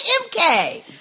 MK